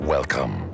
Welcome